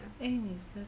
Amy's